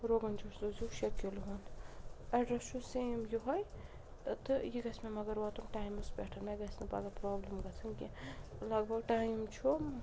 روغن جوش سوٗزِو شےٚ kilo address چھُ سیم یِہوے ٲں تہٕ یہِ گَژھہِ مےٚ مگر واتُن ٹایمَس پٮ۪ٹھ مےٚ گَژھہِ نہٕ پگاہ پرٛابلِم گَژھٕنۍ کیٚنٛہہ لگ بھگ ٹایم چھُ